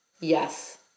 yes